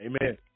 Amen